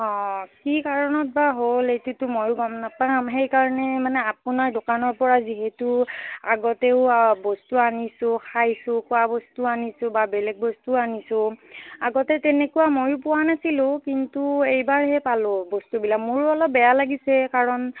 অঁ কি কাৰণত বা হ'ল এইটোতো ময়ো গম নাপাম সেইকাৰণে মানে আপোনাৰ দোকানৰ পৰা যিহেতু আগতেও বস্তু আনিছোঁ খাইছোঁ খোৱা বস্তু আনিছোঁ বা বেলেগ বস্তু আনিছোঁ আগতে তেনেকুৱা ময়ো পোৱা নাছিলো কিন্তু এইবাৰহে পালোঁ বস্তুবিলাক মোৰো অলপ বেয়া লাগিছে কাৰণ